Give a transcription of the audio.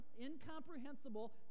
incomprehensible